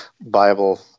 Bible